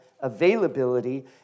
Availability